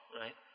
Right